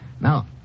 Now